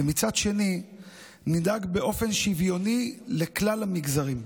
ומצד שני נדאג באופן שוויוני לכלל המגזרים.